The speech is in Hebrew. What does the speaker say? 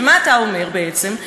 ומה אתה אומר בעצם?